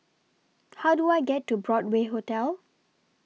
How Do I get to Broadway Hotel